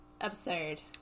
Absurd